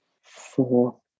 four